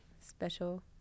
Special